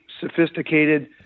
sophisticated